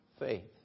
faith